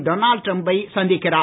Donald ட்ரம்பை சந்திக்கிறார்